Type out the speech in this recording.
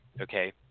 Okay